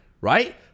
right